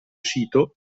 sito